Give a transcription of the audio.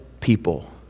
people